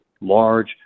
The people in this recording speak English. large